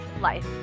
life